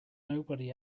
nobody